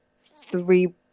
three